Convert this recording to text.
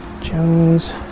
Jones